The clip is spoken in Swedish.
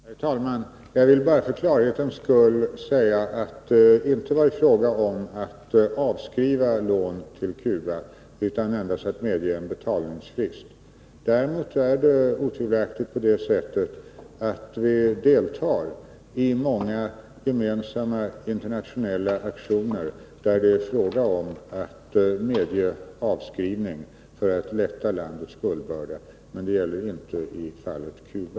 Herr talman! Jag vill bara för klarhetens skull framhålla att det inte har varit fråga om att avskriva några lån till Cuba utan endast gällt att medge en betalningsfrist. Däremot är det otvivelaktigt så, att vi deltar i många gemensamma internationella aktioner, där det är fråga om att medge avskrivningar för att lätta landets skuldbörda. Men det gäller inte i fallet Cuba.